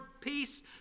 peace